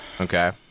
Okay